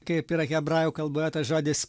kaip yra hebrajų kalboje tas žodis